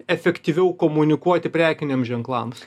efektyviau komunikuoti prekiniams ženklams